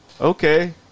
okay